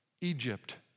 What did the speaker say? Egypt